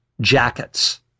jackets